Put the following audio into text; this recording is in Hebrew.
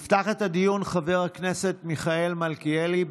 יפתח את הדיון חבר הכנסת מיכאל מלכיאלי.